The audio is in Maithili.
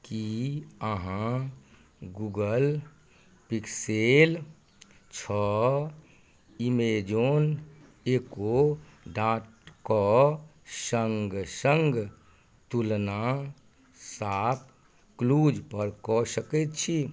की अहाँ गूगल पिक्सेल छओ एमेजोन एको डॉटके संग संग तुलना शॉप क्लूज पर कऽ सकैत छी